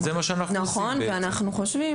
ואנחנו חושבים,